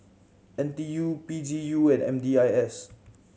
N T U P G U and M D I S